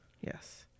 Yes